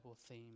theme